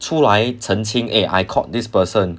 出来澄清 eh I caught this person